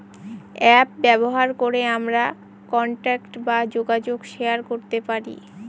app ব্যবহার করে আমরা কন্টাক্ট বা যোগাযোগ শেয়ার করতে পারি